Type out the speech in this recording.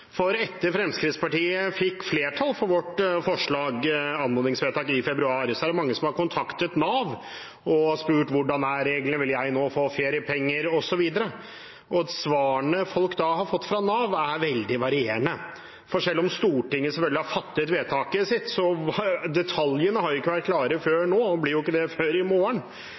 For etter at Fremskrittspartiet fikk flertall for vårt anmodningsforslag i februar, er det mange som har kontaktet Nav og spurt hvordan reglene er, om de nå vil få feriepenger, osv. Svarene folk da har fått fra Nav, er veldig varierende. For selv om Stortinget selvfølgelig har fattet vedtaket sitt, har ikke detaljene vært klare og blir ikke det før i morgen.